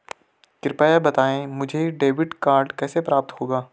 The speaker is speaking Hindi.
कृपया बताएँ मुझे डेबिट कार्ड कैसे प्राप्त होगा?